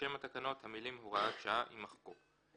בשם התקנות, המילים "(הוראת שעה)" יימחקו.